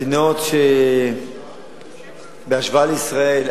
מדינות שבהשוואה לישראל,